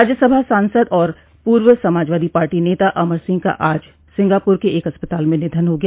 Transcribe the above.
राज्यसभा सांसद और पूर्व समाजवादी पार्टी नेता अमर सिंह का आज सिंगापुर के एक अस्पताल में निधन हो गया